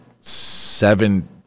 seven